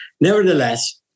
nevertheless